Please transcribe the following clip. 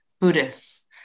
Buddhists